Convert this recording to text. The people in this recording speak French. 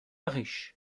riche